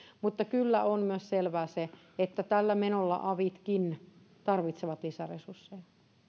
mutta kyllä on myös selvää se että tällä menolla avitkin tarvitsevat lisäresursseja